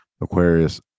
aquarius